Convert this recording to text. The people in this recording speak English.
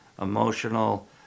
emotional